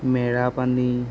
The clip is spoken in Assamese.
মেৰাপানী